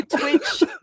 Twitch